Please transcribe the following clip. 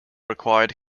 required